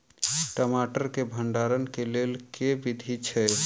टमाटर केँ भण्डारण केँ लेल केँ विधि छैय?